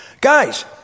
Guys